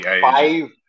five